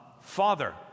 Father